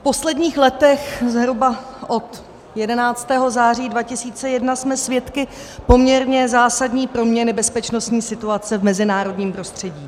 V posledních letech, zhruba od 11. září 2001, jsme svědky poměrně zásadní proměny bezpečnostní situace v mezinárodním prostředí.